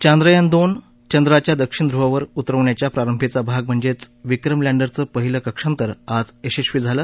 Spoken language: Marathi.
चंद्रयान दोन चंद्राच्या दक्षिण ध्रुवावर उतरवण्याचा प्रारंभीचा भाग म्हणज चिक्रम लँडरचं पहिलं कक्षांतर आज यशस्वी झालं